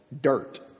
dirt